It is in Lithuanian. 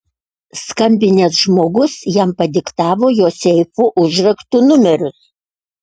skambinęs žmogus jam padiktavo jo seifų užraktų numerius